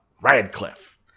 radcliffe